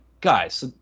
guys